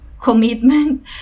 commitment